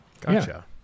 Gotcha